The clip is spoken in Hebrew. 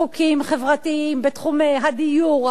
חוקים חברתיים בתחומי הדיור,